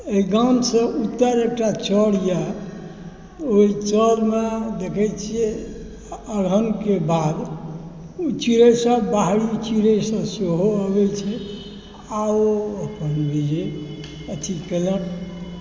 एहि गामसँ उत्तर एकटा चर अइ ओहि चरमे देखै छियै अगहनके बाद ओ छियै सब बाहरी चिड़ै सब सेहो आबै छै आओर ओ अपन अथी केलक